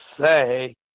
say